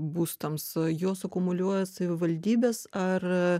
būstams jos akumuliuoja savivaldybės ar